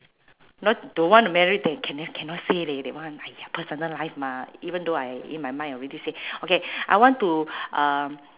not don't want to marry eh cannot cannot say leh that one !aiya! personal life mah even though I in my mind already say okay I want to um